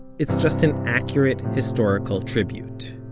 it's just an accurate historical tribute.